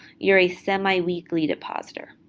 you're a semiweekly depositor.